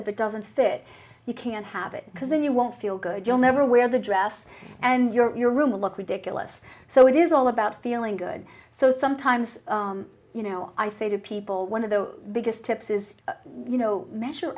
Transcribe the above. if it doesn't fit you can't have it because then you won't feel good you'll never wear the dress and your room will look ridiculous so it is all about feeling good so sometimes you know i say to people one of the biggest tips is you know measure